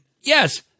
yes